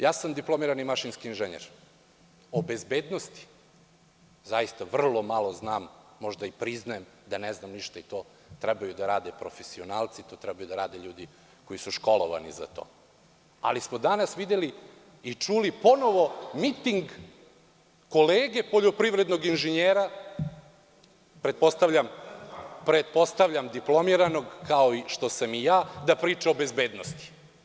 Ja sam diplomirani mašinski inženjer, o bezbednosti zaista vrlo malo znam, možda i priznajem da ne znam ništa i to trebaju da rade profesionalci, to trebaju da rade ljudi koji su školovani za to, ali smo danas videli i čuli ponovo miting kolege poljoprivrednog inženjera, pretpostavljam diplomiranog kao što sam i ja, da priča o bezbednosti.